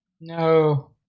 no